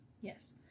yes